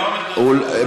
הוא לא מתנצל.